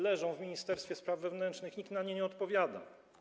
Leżą w ministerstwie spraw wewnętrznych, nikt na nie nie odpowiada.